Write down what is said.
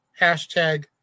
hashtag